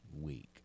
week